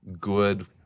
good